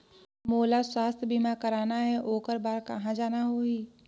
मोला स्वास्थ बीमा कराना हे ओकर बार कहा जाना होही?